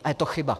A je to chyba.